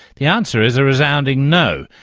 the answer is a resounding no,